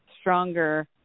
stronger